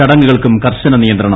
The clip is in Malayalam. ചടങ്ങുകൾക്കും കർശന നിയന്ത്രണം